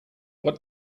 what